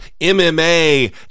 MMA